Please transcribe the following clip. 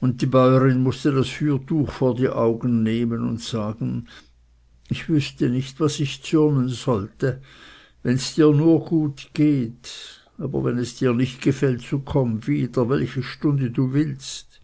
und die bäurin mußte das fürtuch vor die augen nehmen und sagte ich wüßte nicht was ich zürnen wollte wenns dir nur gut geht aber wenn es dir nicht gefällt so komm wieder welche stunde du willst